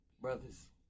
brothers